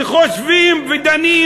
שחושבים ודנים,